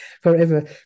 forever